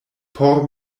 por